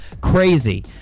Crazy